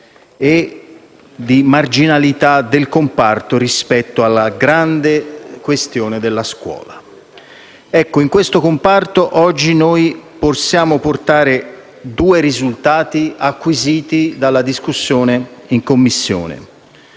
e di marginalità del comparto rispetto alla grande questione della scuola. In questo comparto oggi noi possiamo portare due risultati acquisiti dalla discussione in Commissione: